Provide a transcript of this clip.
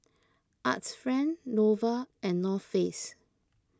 Arts Friend Nova and North Face